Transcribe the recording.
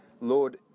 Lord